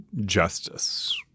justice